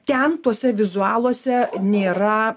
ten tuose vizualuose nėra